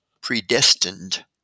predestined